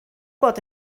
bod